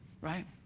right